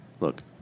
Look